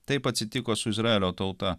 taip atsitiko su izraelio tauta